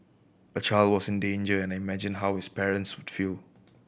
a child was in danger and I imagined how his parents would feel